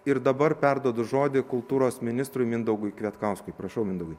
ir dabar perduodu žodį kultūros ministrui mindaugui kvietkauskui prašau mindaugai